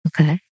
Okay